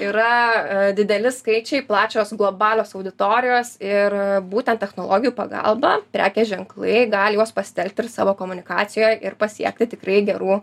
yra a dideli skaičiai plačios globalios auditorijos ir būtent technologijų pagalba prekės ženklai gali juos pasitelkt ir savo komunikacijoj ir pasiekti tikrai gerų